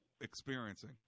experiencing